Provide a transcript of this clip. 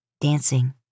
dancing